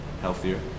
healthier